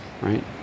right